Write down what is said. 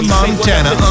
Montana